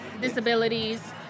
Disabilities